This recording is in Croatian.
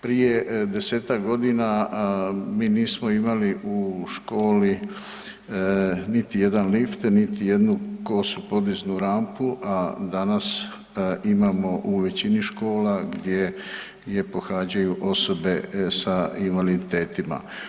Prije 10-tak godina, mi nismo imali u školi niti jedan lift, niti jednu kosu podiznu rampu, a danas imamo u većini škola gdje je pohađaju osobe s invaliditetima.